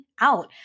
out